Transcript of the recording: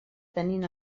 tenint